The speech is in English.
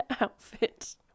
outfit